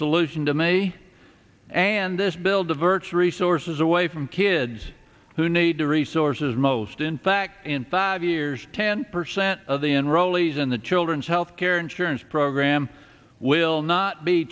solution to me and this bill diverts resources away from kids who need the resources most in fact in five years ten percent of the enrollees in the children's health care insurance program will not be